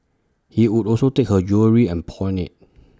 he would also take her jewellery and pawn IT